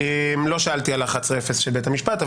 לא שאלתי על 11-אפס של בית המשפט.